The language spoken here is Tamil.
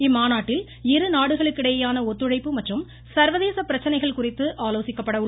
இம்மாநாட்டில் இரு நாடுகளுக்கிடையேயான ஒத்துழைப்பு மற்றும் சர்வதேச பிரச்சனைகள் குறித்து ஆலோசிக்கப்பட உள்ளது